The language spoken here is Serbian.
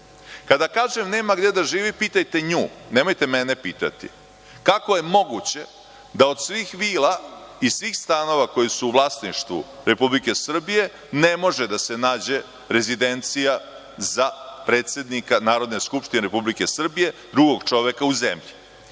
Kada kažem nema gde da živi, pitajte nju, nemojte mene pitati. Kako je moguće da od svih vila i svih stanova koji su u vlasništvu Republike Srbije ne može da se nađe rezidencija za predsednika Narodne skupštine Republike Srbije, drugog čoveka zemlje?